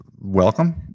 welcome